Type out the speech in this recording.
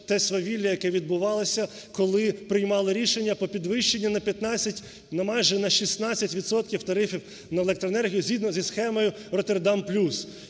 те свавілля, яке відбувалося, коли приймали рішення по підвищенню на 15, ну, майже на 16 відсотків тарифів на електроенергію згідно зі схемою "Роттердам плюс".